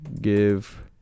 give